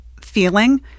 feeling